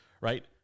right